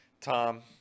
Tom